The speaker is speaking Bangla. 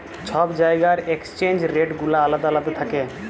ছব জায়গার এক্সচেঞ্জ রেট গুলা আলেদা আলেদা থ্যাকে